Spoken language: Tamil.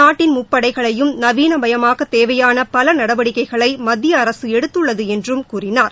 நாட்டின் முப்படைகளையும் நவீன மயமாக்க தேவையான பல நடவடிக்கைகளை மத்திய அரசு எடுத்துள்ளது என்றும் கூறினார்